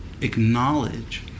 acknowledge